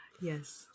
Yes